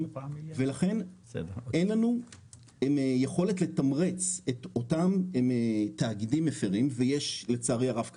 ולכן אין לנו יכולת לתמרץ את אותם תאגידים מפרים ויש לצערי הרב כאלה,